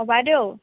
অ বাইদেউ